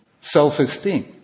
self-esteem